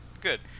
good